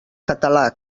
català